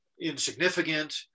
insignificant